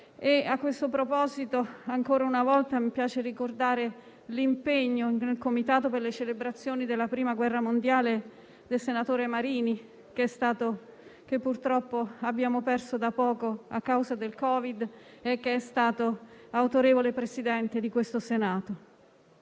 A questo proposito, ancora una volta mi piace ricordare l'impegno nel comitato per gli anniversari di interesse nazionale del senatore Marini, che purtroppo abbiamo perso da poco a causa del Covid-19 e che è stato autorevole presidente di questo Senato.